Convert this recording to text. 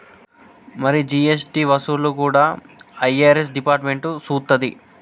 మరి జీ.ఎస్.టి వసూళ్లు కూడా ఐ.ఆర్.ఎస్ డిపార్ట్మెంట్ సూత్తది